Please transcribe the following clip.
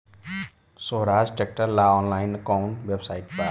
सोहराज tractor ला online कोउन website बा?